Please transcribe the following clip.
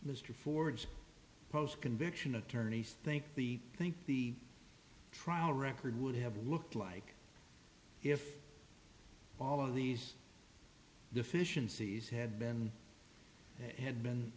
mr ford's post conviction attorneys think the think the trial record would have looked like if all of these deficiencies had been had been